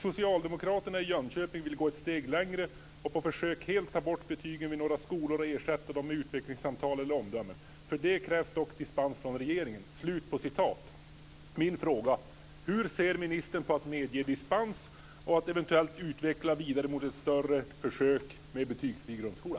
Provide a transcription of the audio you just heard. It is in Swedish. Socialdemokraterna i Jönköping vill gå ett steg längre och på försök helt ta bort betygen vid några skolor och ersätta dem med utvecklingssamtal eller omdömen. För det krävs dock dispens från regeringen." Min fråga är: Hur ser ministern på att medge dispens och att eventuellt utveckla detta vidare mot ett större försök med en betygsfri grundskola?